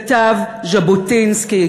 כתב ז'בוטינסקי,